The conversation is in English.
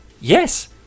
Yes